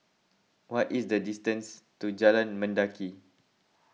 what is the distance to Jalan Mendaki